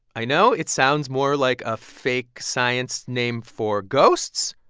i know. it sounds more like a fake science name for ghosts.